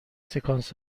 سکانس